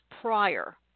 Prior